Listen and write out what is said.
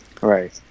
right